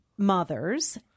Mothers